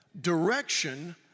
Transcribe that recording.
Direction